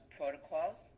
protocols